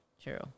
True